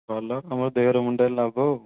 ଭଲ ତୁମର ଦେହରେ ମୁଣ୍ଡରେ ଲାଭ ଆଉ